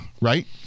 Right